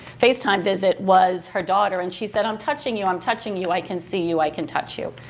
facetime visit, was her daughter and she said, i'm touching you, i'm touching you, i can see you, i can touch you.